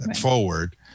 forward